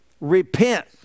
repent